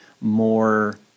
more